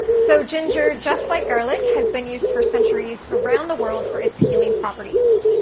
so ginger, just like garlic, has been used for centuries around the world for it's healing properties.